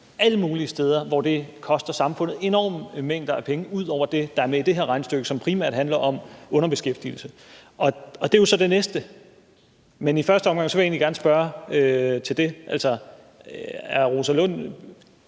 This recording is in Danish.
alle mulige steder, hvor det koster samfundet enorme mængder af penge ud over det, der er med i det her regnestykke, som primært handler om underbeskæftigelse. Og det er jo så det næste. Men i første omgang vil jeg egentlig gerne spørge, om fru Rosa Lund